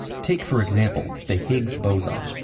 take, for example, the higgs boson,